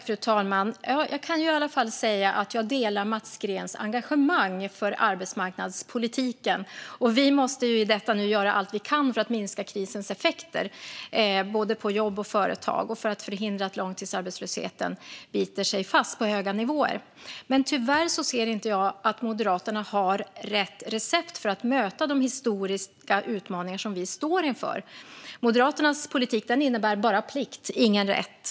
Fru talman! Jag kan i alla fall säga att jag delar Mats Green engagemang för arbetsmarknadspolitiken. Vi måste i detta nu göra allt vi kan för att minska krisens effekter på jobb och företag och för att förhindra att långtidsarbetslösheten biter sig fast på höga nivåer. Tyvärr ser inte jag att Moderaterna har rätt recept för att möta de historiska utmaningar som vi står inför. Moderaternas politik innebär bara plikt, ingen rätt.